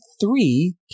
three